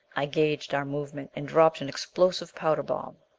i gauged our movement, and dropped an explosive powder bomb.